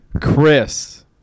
chris